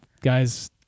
guys